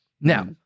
Now